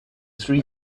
three